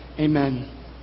Amen